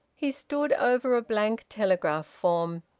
he stood over a blank telegraph-form,